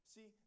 See